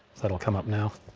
that'll come up now.